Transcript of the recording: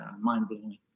mind-blowing